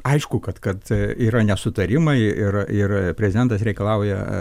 aišku kad kad yra nesutarimai ir ir prezidentas reikalauja